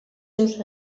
seus